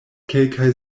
kelkaj